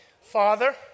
Father